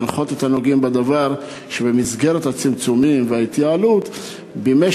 להנחות את הנוגעים בדבר שבמסגרת הצמצומים וההתייעלות יקדימו בימי